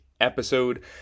episode